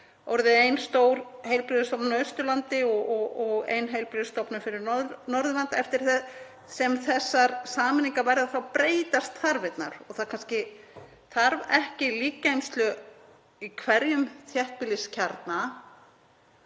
og orðið ein stór heilbrigðisstofnun á Austurlandi og ein heilbrigðisstofnun fyrir Norðurland, eftir því sem þessar sameiningar verða breytast þarfirnar og það kannski þarf ekki líkgeymslu í hverjum þéttbýliskjarna.